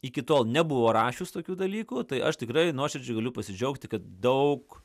iki tol nebuvo rašius tokių dalykų tai aš tikrai nuoširdžiai galiu pasidžiaugti kad daug